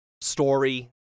story